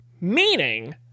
meaning